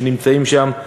שנמצאים שם,